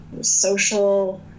social